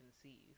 conceive